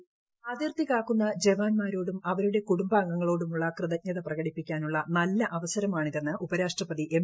voice അതിർത്തി കാക്കുന്ന ജവാൻമാരോടും അവരുടെ കുടുംബങ്ങളോടുമുള്ള കൃതജ്ഞത പ്രകടിപ്പിക്കാനുള്ള നല്ല അവസരമാണിതെന്ന് ഉപരാഷ്ട്രപതി എം